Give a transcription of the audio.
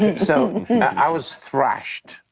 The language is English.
so i was thrashed,